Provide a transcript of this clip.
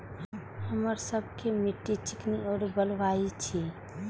हमर सबक मिट्टी चिकनी और बलुयाही छी?